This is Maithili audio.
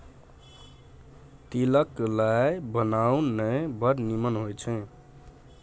तिल क लाय बनाउ ने बड़ निमन होए छै